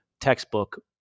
textbook